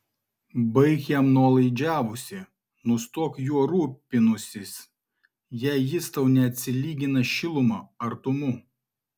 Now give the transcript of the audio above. baik jam nuolaidžiavusi nustok juo rūpinusis jei jis tau neatsilygina šiluma artumu